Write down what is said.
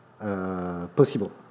possible